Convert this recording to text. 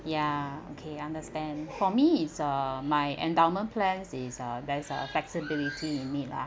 ya okay understand for me is uh my endowment plan is uh there's uh flexibility in it lah